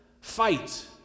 fight